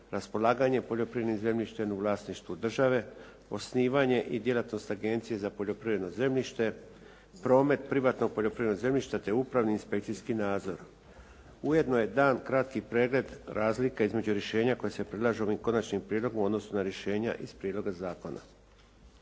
raspolaganje poljoprivrednim zemljištem u vlasništvu države, osnivanje i djelatnost Agencije za poljoprivredno zemljište, promet privatnog poljoprivrednog zemljišta te upravni i inspekcijski nadzor. Ujedno je dan kratki pregled razlika između rješenja koja se predlažu ovim konačnim prijedlogom u odnosu na rješenja iz prijedloga zakona.